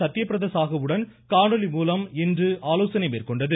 சத்யபிரத சாகுவுடன் காணொலி மூலம் ஆலோசனை மேற்கொண்டது